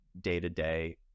day-to-day